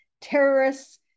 terrorists